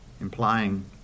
implying